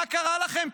מה קרה לכם?